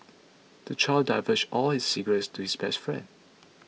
the child divulged all his secrets to his best friend